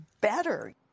better